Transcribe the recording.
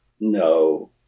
No